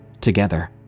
Together